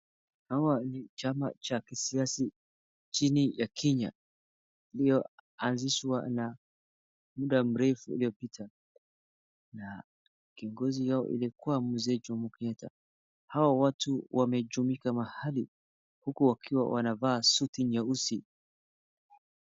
Hawa ni chama cha kisiasa chini ya Kenya iliyoanzishwa na muda mrefu ile picha na kiongozi yao ilikua mzee Jomo Kenyatta, hawa watu wamejumuika mahali wakiwa wanavaa suti nyeusi.